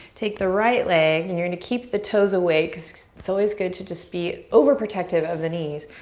take the right leg and you're gonna keep the toes away cause it's always good to just be overprotective of the knees.